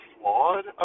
flawed